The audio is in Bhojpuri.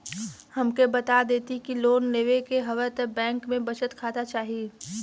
हमके बता देती की लोन लेवे के हव त बैंक में बचत खाता चाही?